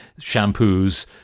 shampoos